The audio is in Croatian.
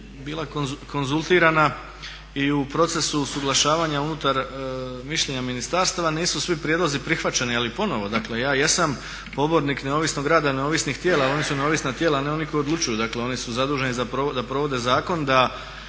bila konzultirana i u procesu usuglašavanja unutar mišljenja ministarstava. Nisu svi prijedlozi prihvaćeni. Ali ponovo, dakle ja jesam pobornik neovisnog rada neovisnih tijela jer oni su neovisna tijela a ne oni koji odlučuju. Dakle oni su zaduženi da provode zakon, da